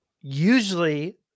usually